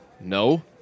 no